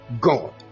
god